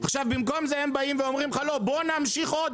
במקום זה הם באים ואומרים: בואו נמשיך עוד,